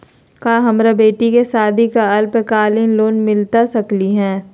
का हमरा बेटी के सादी ला अल्पकालिक लोन मिलता सकली हई?